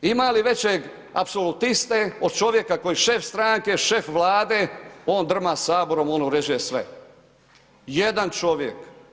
Ima li većeg apsolutiste od čovjeka koji šef stranke, šef vlade, on drma saborom on uređuje sve, jedan čovjek.